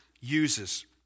uses